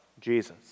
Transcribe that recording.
Jesus